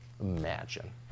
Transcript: Imagine